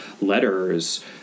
letters